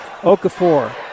Okafor